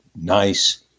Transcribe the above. nice